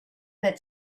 that